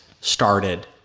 started